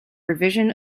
revision